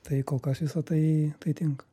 tai kol kas visa tai tai tinka